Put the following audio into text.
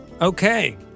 Okay